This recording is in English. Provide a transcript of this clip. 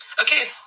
okay